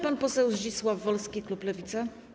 Pan poseł Zdzisław Wolski, klub Lewica.